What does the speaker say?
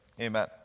amen